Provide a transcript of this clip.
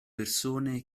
persone